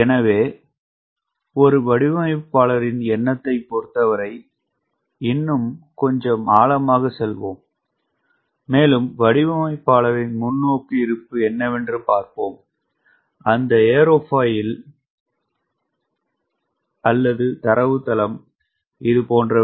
எனவே ஒரு வடிவமைப்பாளரின் எண்ணத்தைப் பொருத்தவரை இன்னும் கொஞ்சம் ஆழமாகச் செல்வோம் மேலும் வடிவமைப்பாளரின் முன்னோக்கு இருப்பு என்னவென்று பார்ப்போம் அந்த ஏரோஃபாயில் கள் அல்லது தரவுத்தளம் போன்றவை